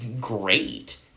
great